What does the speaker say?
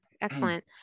Excellent